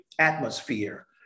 Atmosphere